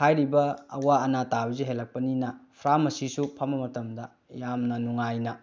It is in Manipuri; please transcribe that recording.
ꯍꯥꯏꯔꯤꯕ ꯑꯋꯥ ꯑꯅꯥ ꯇꯥꯕꯁꯨ ꯍꯦꯜꯂꯛꯄꯅꯤꯅ ꯐꯥꯔꯃꯥꯁꯤꯁꯨ ꯐꯝꯕ ꯃꯇꯝꯗ ꯌꯥꯝꯅ ꯅꯨꯡꯉꯥꯏꯅ